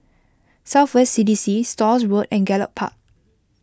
South West C D C Stores Road and Gallop Park